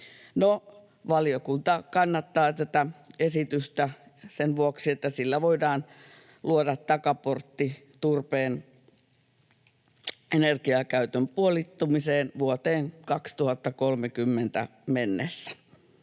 valiokunta kannattaa tätä esitystä sen vuoksi, että sillä voidaan luoda takaportti turpeen energiakäytön puolittumiseen vuoteen 2030 mennessä,